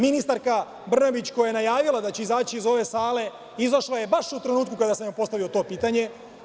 Ministarka Brnabić koja je najavila da će izaći iz ove sale, izašla je baš u trenutku kada sam joj postavio to pitanje.